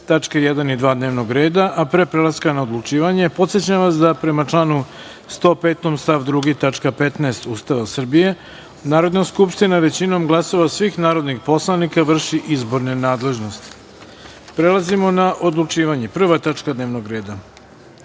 1. i 2. dnevnog reda), a pre prelaska na odlučivanje, podsećam vas da, prema članu 105. stav 2. tačka 15) Ustava Srbije, Narodna skupština većinom glasova svih narodnih poslanika vrši izborne nadležnosti. Prelazimo na odlučivanje. Prva